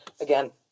again